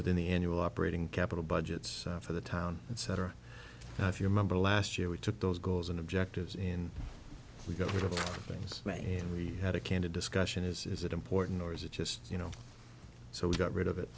within the annual operating capital budgets for the town etc if you remember last year we took those goals and objectives in we got rid of things and we had a candid discussion is is it important or is it just you know so we got rid of it